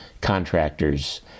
contractors